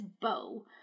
bow